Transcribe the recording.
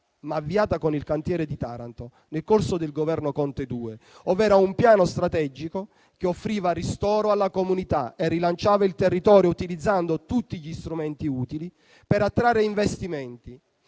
ma avviata con il cantiere di Taranto nel corso del Governo II, un piano strategico che offriva ristoro alla comunità e rilanciava il territorio utilizzando tutti gli strumenti utili per attrarre investimenti,